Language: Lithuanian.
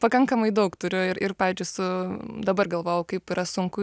pakankamai daug turiu ir ir pavyzdžiui su dabar galvojau kaip yra sunku